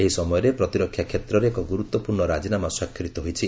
ଏହି ସମୟରେ ପ୍ରତିରକ୍ଷା କ୍ଷେତ୍ରରେ ଏକ ଗୁରୁତ୍ୱପୂର୍ଣ୍ଣ ରାଜିନାମା ସ୍ୱାକ୍ଷରିତ ହୋଇଛି